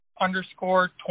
underscore